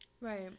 Right